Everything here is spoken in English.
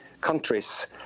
countries